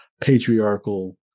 patriarchal